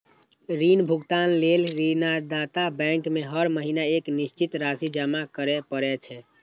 ऋण भुगतान लेल ऋणदाता बैंक में हर महीना एक निश्चित राशि जमा करय पड़ै छै